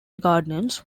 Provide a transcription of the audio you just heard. gardens